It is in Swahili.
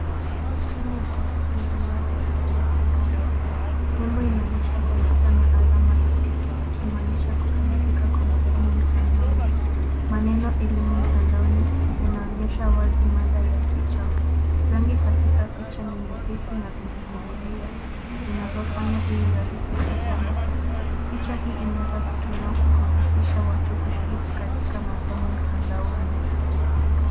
Skrini ya kompyuta na nembo ya elimu mtandaoni. Nembo inaonyesha kompyuta na alama za tiki ikimaanisha kukamilika kwa masomo mtandaoni. Maneno elimu mtandaoni yanaonyesha wazi mada ya picha. Rangi katika picha ni nyepesi na zinazovutia zinazofanya iwe rahisi kusoma. Picha hii inaweza kutumiwa kuhamasisha watu kushiriki katika masomo mtandaoni.